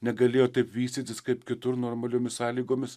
negalėjo taip vystytis kaip kitur normaliomis sąlygomis